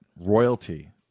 royalty